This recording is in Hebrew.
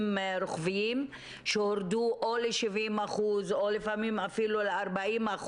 רוחביים שהורדו או ל-70% או לפעמים אפילו ל-40%,